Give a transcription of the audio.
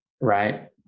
right